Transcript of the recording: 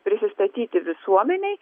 prisistatyti visuomenei